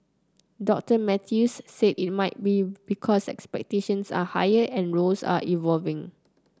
Doctor Mathews said it may be because expectations are higher and roles are evolving